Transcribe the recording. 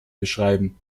beschreiben